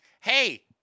Hey